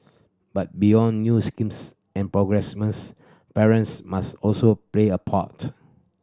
but beyond new schemes and parents must also play a part